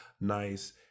nice